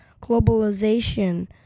globalization